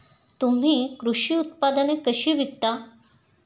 तुम्ही कृषी उत्पादने कशी विकता?